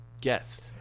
guest